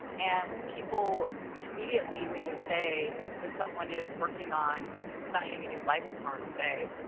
and people immediately when you say that someone is working on designing a new life form say,